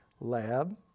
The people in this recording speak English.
lab